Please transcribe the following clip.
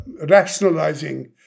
rationalizing